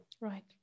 Right